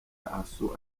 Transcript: assou